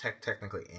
technically